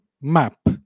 map